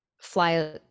fly